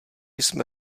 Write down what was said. jsme